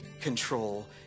control